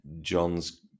John's